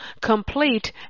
complete